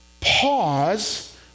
Pause